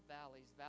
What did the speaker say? valleys